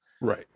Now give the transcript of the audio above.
Right